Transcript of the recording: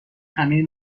همه